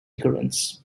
currents